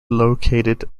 located